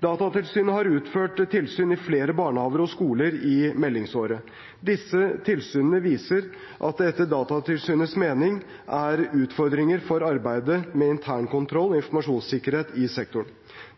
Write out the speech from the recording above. Datatilsynet har utført tilsyn i flere barnehager og skoler i meldingsåret. Disse tilsynene viser at det etter Datatilsynets mening er utfordringer for arbeidet med internkontroll og informasjonssikkerhet i sektoren.